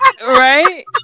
Right